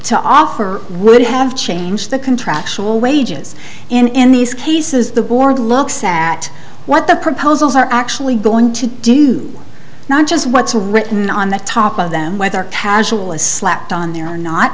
to offer would have changed the contractual wages in these cases the board looks at what the proposals are actually going to do not just what's written on the top of them whether casual is slapped on there or not